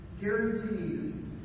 Guaranteed